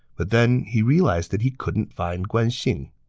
but then he realized that he couldn't find guan xing.